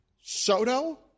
Soto